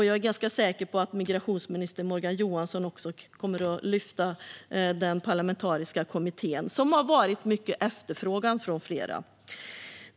Jag är ganska säker på att justitie och migrationsminister Morgan Johansson kommer att ta upp den parlamentariska kommittén, som alltså har varit mycket efterfrågad från flera håll.